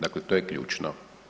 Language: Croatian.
Dakle to je ključno.